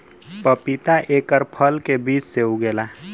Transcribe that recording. पपीता एकर फल के बीज से उगेला